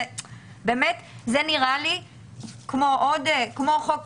זה נראה לי כמו חוק